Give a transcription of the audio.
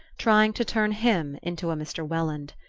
trying to turn him into a mr. welland.